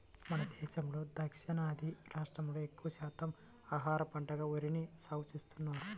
మన దేశంలో దక్షిణాది రాష్ట్రాల్లో ఎక్కువ శాతం ఆహార పంటగా వరిని సాగుచేస్తున్నారు